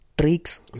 tricks